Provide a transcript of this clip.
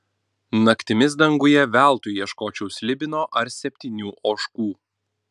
naktimis danguje veltui ieškočiau slibino ar septynių ožkų